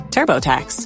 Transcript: TurboTax